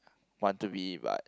want to be but